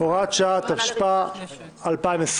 (הוראת שעה), התשפ"א 2020?